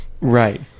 right